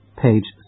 page